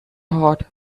hot